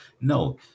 No